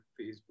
Facebook